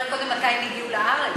תספר קודם מתי הם הגיעו לארץ.